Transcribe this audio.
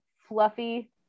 fluffy